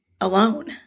alone